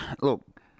look